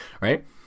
right